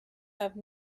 have